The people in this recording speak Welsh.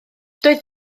doedd